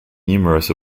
numerous